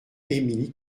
émilie